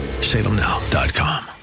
salemnow.com